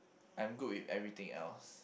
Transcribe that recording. I am good with everything else